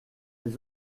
des